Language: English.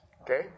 Okay